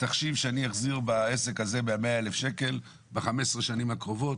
בתחשיב שאני אחזיר בעסק הזה ב-100,000 שקלים ב-15 שנים הקרובות